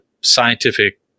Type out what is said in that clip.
scientific